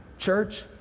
Church